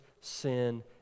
sin